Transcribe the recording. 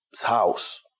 house